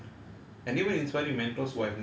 some you know inspiring people I've met